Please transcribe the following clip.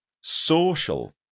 social